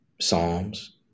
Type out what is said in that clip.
Psalms